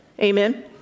Amen